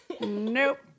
Nope